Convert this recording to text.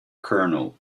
colonel